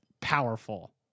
powerful